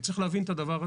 וצריך להבין את הדבר הזה.